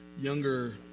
younger